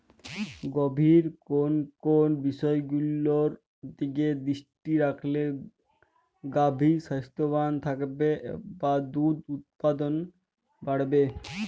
গাভীর কোন কোন বিষয়গুলোর দিকে দৃষ্টি রাখলে গাভী স্বাস্থ্যবান থাকবে বা দুধ উৎপাদন বাড়বে?